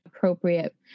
appropriate